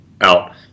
out